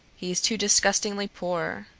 he's too disgustingly poor.